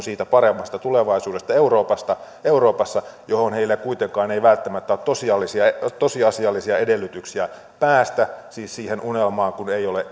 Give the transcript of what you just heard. siitä paremmasta tulevaisuudesta euroopassa johon heillä kuitenkaan ei välttämättä ole tosiasiallisia edellytyksiä päästä siis siihen unelmaan kun ei ole